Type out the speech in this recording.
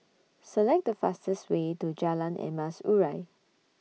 Select The fastest Way to Jalan Emas Urai